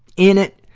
in it,